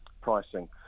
pricing